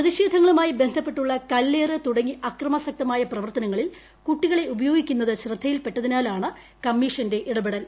പ്രതിഷേധങ്ങളുമായി ബ്ലീസ്സ്പ്പെട്ടുള്ള കല്ലേറ് തുടങ്ങി അക്രമാസക്തമായ പ്രവൃർത്തുനങ്ങളിൽ കുട്ടികളെ ഉപയോഗിക്കുന്നത് ശ്രദ്ധയിൽപ്പെട്ടതിനാലാണ് കമ്മീഷന്റെ ഇടപെടൽ